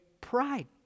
pride